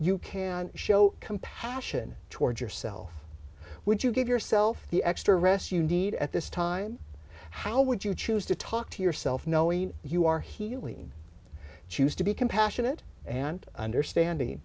you can show compassion towards yourself would you give yourself the extra rest you need at this time how would you choose to talk to yourself knowing you are healing choose to be compassionate and understanding